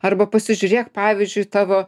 arba pasižiūrėk pavyzdžiui tavo